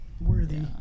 worthy